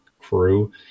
crew